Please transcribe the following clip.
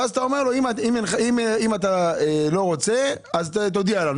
ואז אתה אומר לו: אם אתה לא רוצה תודיע לנו,